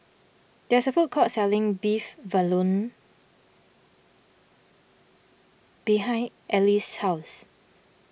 there is a food court selling Beef Vindaloo behind Elease's house